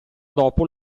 dopo